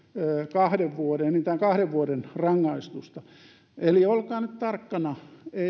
enintään kahden vuoden rangaistusta eli olkaa nyt tarkkana